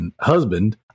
husband